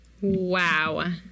Wow